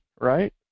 right